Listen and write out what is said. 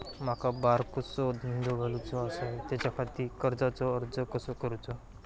माका बारकोसो धंदो घालुचो आसा त्याच्याखाती कर्जाचो अर्ज कसो करूचो?